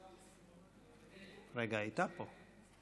רגע, היא הייתה פה.